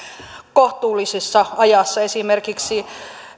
kohtuullisessa ajassa esimerkiksi